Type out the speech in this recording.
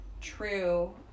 true